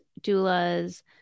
doulas